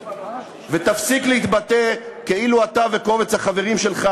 תפסיק להתבטא כאילו אתה וקובץ החברים שלך